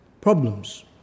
problems